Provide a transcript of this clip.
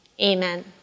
Amen